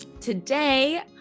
Today